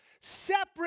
separate